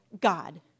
God